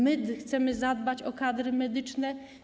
My chcemy zadbać o kadry medyczne.